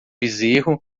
bezerro